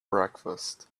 breakfast